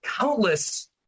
countless